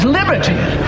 liberty